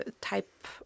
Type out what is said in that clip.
type